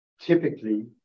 typically